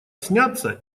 сняться